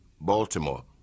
Baltimore